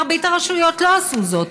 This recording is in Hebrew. מרבית הרשויות לא עשו זאת,